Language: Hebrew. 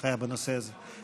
הנחיה בנושא הזה.